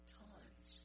tons